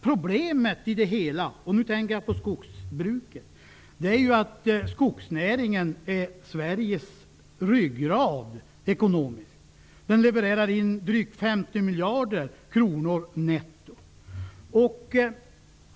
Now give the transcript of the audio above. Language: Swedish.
Problemet i det hela -- nu tänker jag på skogsbruket -- är att skogsnäringen är Sveriges ekonomiska ryggrad. Den levererar in drygt 50 miljarder kronor netto.